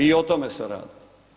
I o tome se radi.